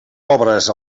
obres